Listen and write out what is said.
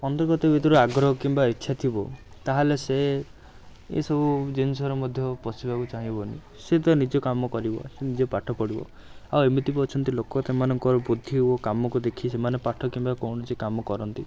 ଅନ୍ତର୍ଗତ ଭିତରୁ ଆଗ୍ରହ କିମ୍ବା ଇଚ୍ଛା ଥିବ ତାହେଲେ ସେ ଏଇସବୁ ଜିନିଷର ମଧ୍ୟ ପଶିବାକୁ ଚାହିଁବନି ସେ ତ ନିଜ କାମ କରିବ ନିଜେ ପାଠ ପଢ଼ିବ ଆଉ ଏମିତି ବି ଅଛନ୍ତି ଲୋକ ସେମାନଙ୍କର ବୁଦ୍ଧି ଓ କାମକୁ ଦେଖି ସେମାନେ ପାଠ କିମ୍ବା କୌଣସି କାମ କରନ୍ତି